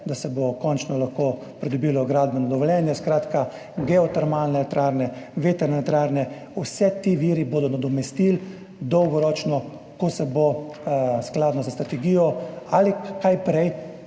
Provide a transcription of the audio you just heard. da se bo končno lahko pridobilo gradbeno dovoljenje. Skratka, geotermalne elektrarne, vetrne elektrarne, vsi ti viri bodo nadomestili dolgoročno, ko se bo skladno s strategijo ali kaj prej.